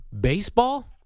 Baseball